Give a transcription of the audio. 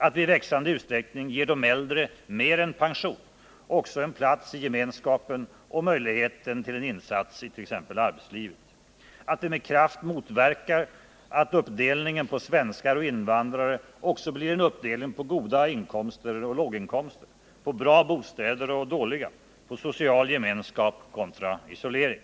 Vi bör i allt större utsträckning ge de äldre mer än pension, också en plats i gemenskapen och möjligheten till en insats i t.ex. arbetslivet. Vi bör med kraft motverka att uppdelningen på svenskar och invandrare också blir en uppdelning på höginkomsttagare och låginkomsttagare, på bra bostäder och dåliga bostäder, på social gemenskap kontra isolering.